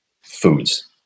foods